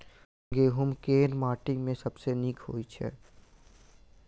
गहूम केँ माटि मे सबसँ नीक होइत छै?